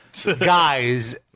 guys